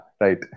right